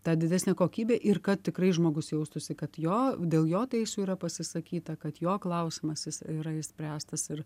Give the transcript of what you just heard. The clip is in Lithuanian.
tą didesnę kokybę ir kad tikrai žmogus jaustųsi kad jo dėl jo teisių yra pasisakyta kad jo klausimas jis yra išspręstas ir